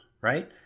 right